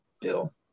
bill